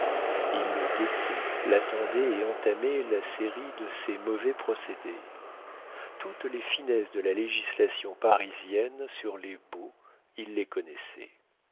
il le guettait l'attendait et entamait la série de ses mauvais procédés toutes les finesses de la législation parisienne sur les baux il les connaissait